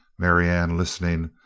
marianne, listening,